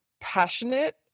passionate